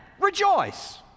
rejoice